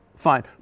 fine